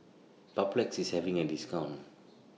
Papulex IS having A discount